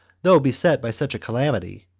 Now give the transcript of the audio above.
though beset by such a calamity,